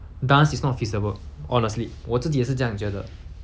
dance is not feasible honestly 我自己也是这样觉得